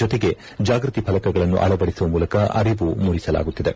ಜೊತೆಗೆ ಜಾಗೃತಿ ಫಲಕಗಳನ್ನು ಅಳವಡಿಸುವ ಮೂಲಕ ಅರಿವು ಮೂಡಿಸಲಾಗುತ್ತಿದೆ